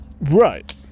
Right